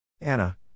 Anna